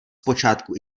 počátku